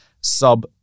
sub